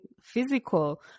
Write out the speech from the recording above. physical